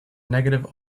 negative